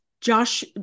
Josh